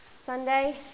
Sunday